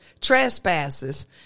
trespasses